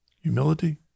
Humility